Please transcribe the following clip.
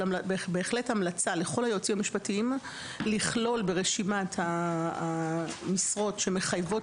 אבל בהחלט המלצה לכלול ברשימת המשרות שמחייבות